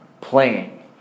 playing